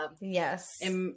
Yes